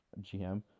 GM